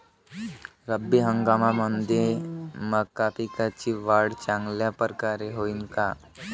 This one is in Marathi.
रब्बी हंगामामंदी मका पिकाची वाढ चांगल्या परकारे होईन का?